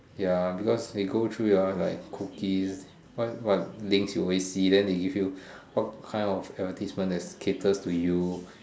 ya because they go through you're like cookie why what links you always see then they give you what kind of advertisement that is caters to you